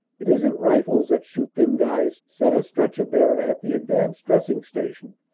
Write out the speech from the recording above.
it isn't rifles that shoot them guys, said a stretcher-bear r at the advanced dressing station.